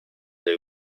they